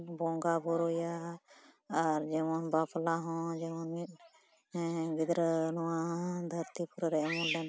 ᱵᱚᱸᱜᱟᱼᱵᱳᱨᱳᱭᱟ ᱟᱨ ᱡᱮᱢᱚᱱ ᱵᱟᱯᱞᱟ ᱦᱚᱸ ᱡᱮᱢᱚᱱ ᱢᱤᱫ ᱜᱤᱫᱽᱨᱟᱹ ᱱᱚᱣᱟ ᱫᱷᱟᱹᱨᱛᱤ ᱠᱚᱨᱮ ᱮᱢᱚᱱ ᱞᱮ